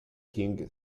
king